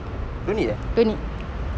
no need eh